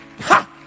Ha